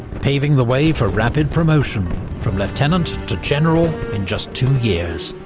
paving the way for rapid promotion, from lieutenant to general in just two years.